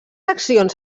accions